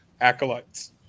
acolytes